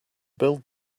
build